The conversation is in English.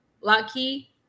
lucky